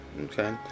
Okay